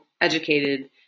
educated